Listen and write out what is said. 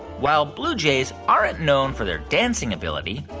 while blue jays aren't known for their dancing ability,